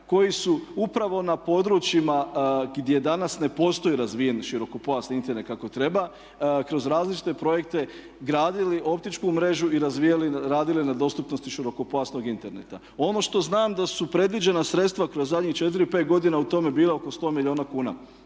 koji su upravo na područjima gdje danas ne postoji razvijen širokopojasni Internet kako treba kroz različite projekte gradili optičku mrežu i razvijali i radili na dostupnosti širokopojasnog interneta. Ono što znam da su predviđena sredstva kroz zadnjih 4, 5 godina u tome bila oko 100 milijuna kuna.